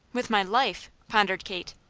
with my life? pondered kate.